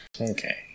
Okay